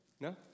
No